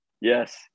yes